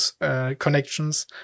connections